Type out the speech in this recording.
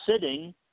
sitting